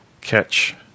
catch